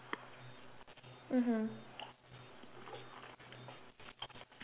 mmhmm